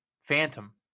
phantom